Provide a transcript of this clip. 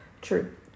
true